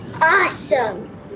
Awesome